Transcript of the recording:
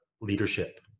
leadership